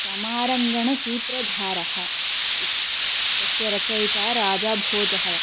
समारङ्गणसूत्रधारः इति तस्य रचयिता राजा भोजः वर्तते